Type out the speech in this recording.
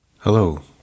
Hello